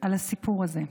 על הסיפור הזה,